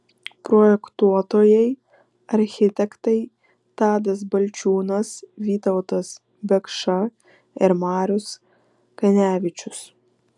projektuotojai architektai tadas balčiūnas vytautas biekša ir marius kanevičius